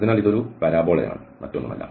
അതിനാൽ ഇതൊരു പരാബോളയാണ് മറ്റൊന്നുമല്ല